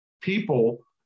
people